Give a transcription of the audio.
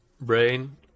brain